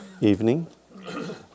evening